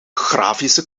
grafische